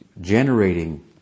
generating